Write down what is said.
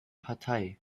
partei